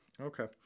Okay